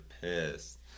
pissed